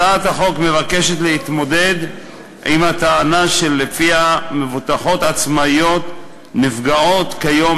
הצעת החוק מבקשת להתמודד עם הטענה שמבוטחות עצמאיות נפגעות כיום